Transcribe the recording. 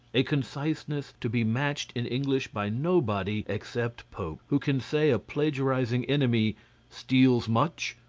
a conciseness to be matched in english by nobody except pope, who can say a plagiarizing enemy steals much,